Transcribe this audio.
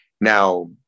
Now